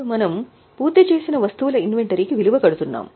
ఇప్పుడు మనము పూర్తి చేసిన వస్తువుల ఇన్వెంటరీ కి విలువ కడుతున్నాం